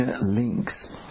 links